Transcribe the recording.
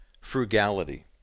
frugality